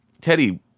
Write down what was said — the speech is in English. Teddy